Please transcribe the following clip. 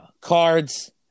cards